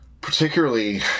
particularly